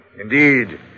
Indeed